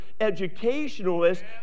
educationalist